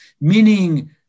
meaning